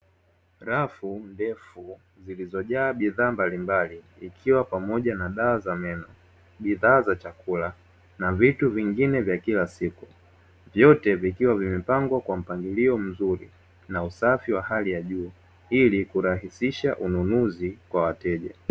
Rafu ndefu zilizojaa bidhaa mbalimbali ikiwa ni pamoja na dawa za meno, bidhaa za chakula na vitu vingine vya kila siku. Vyote vikiwa vimepangwa kwa mpangilio mzuri na usafi wa hali ya juu ili kurahisisha ununuzi kwa wateja.